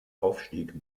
aufstieg